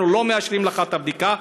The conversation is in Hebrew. אנחנו לא מאשרים לך את הבדיקה.